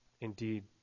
indeed